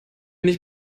nicht